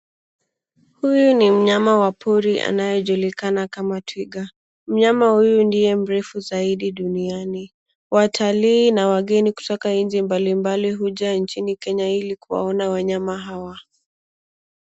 Huyu ni mnyama wa pori anayejulikana kama twiga, mnyama huyu ndiye mrefu duniani, watalii, na wageni kutoka nchini mbalimbali huja Kenya ili kuwaona wanyama hawa.